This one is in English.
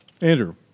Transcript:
Andrew